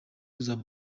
uzaba